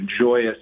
joyous